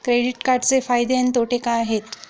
Credit कार्डचे फायदे आणि तोटे काय आहेत?